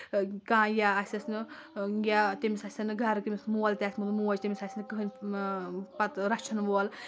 کانٛہہ یا آسؠس نہٕ یا تٔمِس آسن نہٕ گرٕ کمِس مول تہِ آسہِ مطلب موج تٔمِس آسہِ نہٕ کٕہٕیٖنۍ پتہٕ رچھن وول